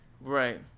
Right